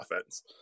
offense